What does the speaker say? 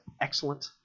excellent